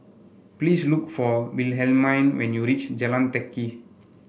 please look for Wilhelmine when you reach Jalan Teck Kee